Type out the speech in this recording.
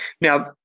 Now